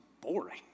boring